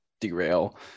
derail